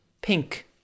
Pink